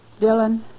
Dylan